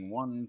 one